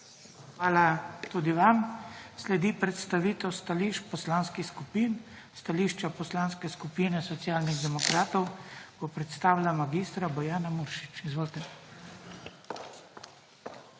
Hvala tudi vam. Sledi predstavitev stališč poslanskih skupin. Stališča Poslanske skupine Socialnih demokratov bo predstavila mag. Bojana Muršič. Izvolite.